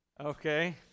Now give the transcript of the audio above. okay